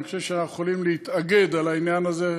אני חושב שאנחנו יכולים להתאגד בעניין הזה,